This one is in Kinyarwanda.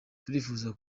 turifuza